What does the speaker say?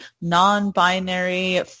non-binary